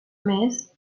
més